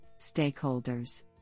stakeholders